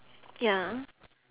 ya